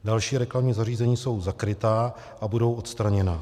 Další reklamní zařízení jsou zakryta a budou odstraněna.